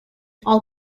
all